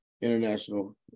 international